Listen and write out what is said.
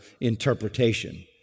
interpretation